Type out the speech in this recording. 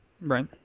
Right